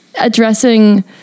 addressing